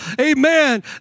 amen